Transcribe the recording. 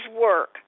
work